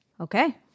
Okay